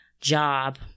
job